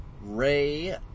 Ray